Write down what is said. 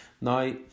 Now